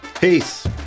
Peace